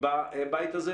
בבית הזה,